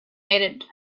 made